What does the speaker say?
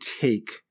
take